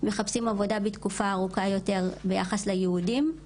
מחפשים עבודה בתקופה ארוכה יותר ביחס ליהודים.